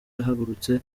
bahagurutse